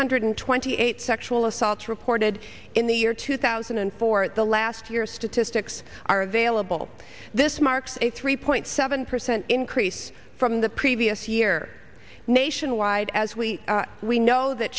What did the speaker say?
hundred twenty eight sexual assaults reported in the year two thousand and four the last year statistics are available this marks a three point seven percent increase from the previous year nationwide as we we know that